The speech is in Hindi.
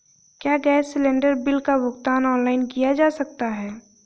क्या गैस सिलेंडर बिल का भुगतान ऑनलाइन किया जा सकता है?